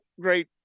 great